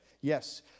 Yes